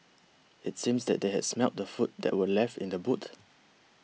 it seemed that they had smelt the food that were left in the boot